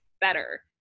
better